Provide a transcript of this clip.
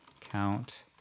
count